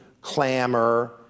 clamor